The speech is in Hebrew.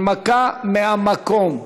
הנמקה מהמקום.